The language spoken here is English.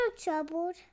troubled